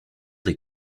des